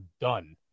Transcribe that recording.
done